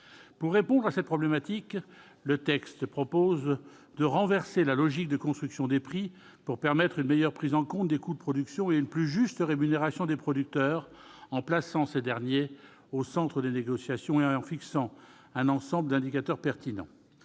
Pour répondre à cette problématique, le texte vise à renverser la logique de construction des prix pour permettre une meilleure prise en compte des coûts de production et une plus juste rémunération des producteurs en plaçant ceux-ci au centre des négociations, et en fixant un ensemble d'indicateurs pertinents.